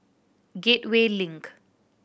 Gateway Link